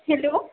hello